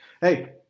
Hey